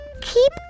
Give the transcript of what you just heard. keep